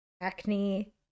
acne